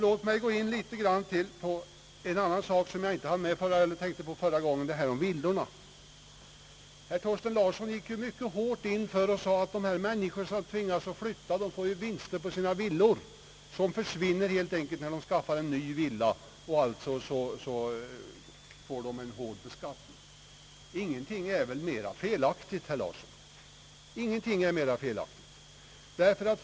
Låt mig gå in på en sak till i fråga om villorna, som jag inte hann med i mitt förra inlägg. Herr Thorsten Larsson sade att den som tvingas att flytta och säljer sin villa får en vinst, som försvinner när han skaffar en ny villa, och han får alltså en hård beskattning. Ingenting är väl mera felaktigt, herr Larsson!